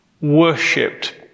worshipped